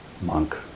monk